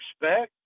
expect